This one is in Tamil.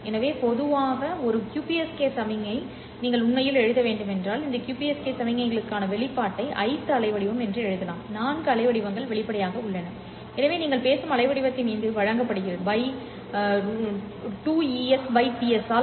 எனவே பொதுவாக ஒரு QPSK சமிக்ஞைக்கு நீங்கள் உண்மையில் இதை எழுதுங்கள் இந்த QPSK சமிக்ஞைக்கான வெளிப்பாட்டை i th அலைவடிவம் என்று எழுதலாம் நான்கு அலைவடிவங்கள் வெளிப்படையாக உள்ளன எனவே நீங்கள் பேசும் அலைவடிவத்துடன் இது வழங்கப்படுகிறது by2ES TS ஆல்